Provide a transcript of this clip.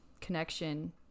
connection